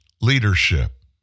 leadership